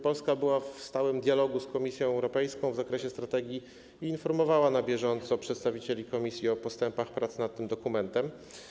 Polska była w stałym dialogu z Komisją Europejską w zakresie strategii i informowała na bieżąco przedstawicieli Komisji o postępach prac nad tym dokumentem.